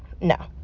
No